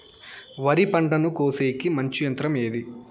వరి పంటను కోసేకి మంచి యంత్రం ఏది?